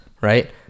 right